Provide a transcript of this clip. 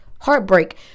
Heartbreak